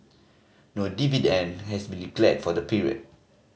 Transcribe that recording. no dividend and has been declared for the period